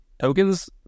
tokens